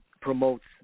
promotes